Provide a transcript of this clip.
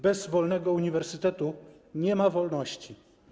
Bez wolnego uniwersytetu nie ma wolności.